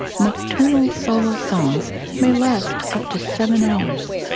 nocturnal solo songs may last up to seven hours,